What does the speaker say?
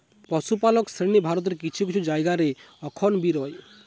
পশুপালক শ্রেণী ভারতের কিছু কিছু জায়গা রে অখন বি রয়